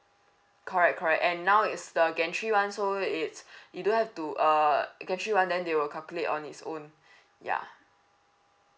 correct correct and now is the gantry one so it's you don't have to uh gantry one then they will calculate on its own ya